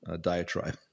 diatribe